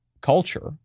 culture